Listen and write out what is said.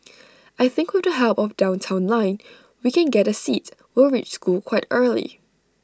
I think with the help of downtown line we can get A seat we'll reach school quite early